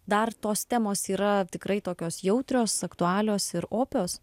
dar tos temos yra tikrai tokios jautrios aktualios ir opios